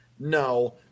No